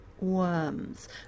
worms